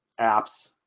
apps